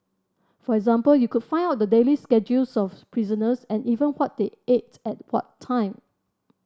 for example you could find out the daily schedules of prisoners and even what they ate at what time